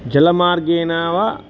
जलमार्गेन वा